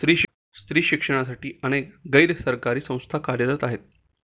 स्त्री शिक्षणासाठी अनेक गैर सरकारी संस्था कार्य करत आहेत